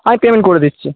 আমি পেমেন্ট করে দিচ্ছি